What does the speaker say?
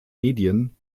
medien